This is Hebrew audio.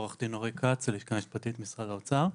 שמי עורך דין אורי כץ, הלשכה המשפטית, משרד האוצר.